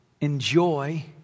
enjoy